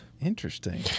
Interesting